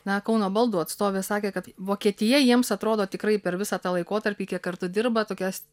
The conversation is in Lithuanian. na kauno baldų atstovė sakė kad vokietija jiems atrodo tikrai per visą tą laikotarpį kiek kartų dirba tokia